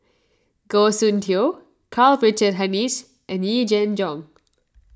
Goh Soon Tioe Karl Richard Hanitsch and Yee Jenn Jong